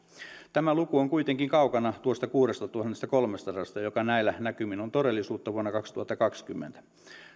tämä luku on kuitenkin kaukana tuosta kuudestatuhannestakolmestasadasta joka näillä näkymin on todellisuutta vuonna kaksituhattakaksikymmentä